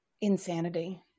insanity